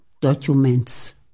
documents